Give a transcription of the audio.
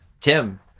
Tim